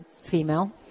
female